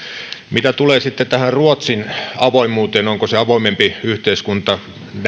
mitä tulee tähän ruotsin avoimuuteen onko se avoimempi yhteiskunta